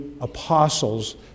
apostles